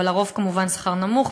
אבל הרוב כמובן שכר נמוך,